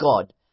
God